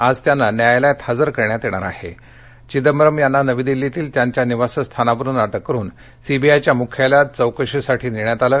आज त्यांना न्यायालयात हजर करण्यात यणिर आहा चिदंबरम यांना नवी दिल्लीतील त्यांच्या निवासस्थानावरून अटक करून सीबीआयच्या मुख्यालयात चौकशीसाठी नष्वात आलं